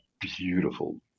beautiful